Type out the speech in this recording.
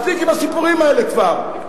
מספיק עם הסיפורים האלה כבר.